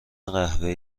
قهوه